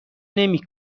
نمی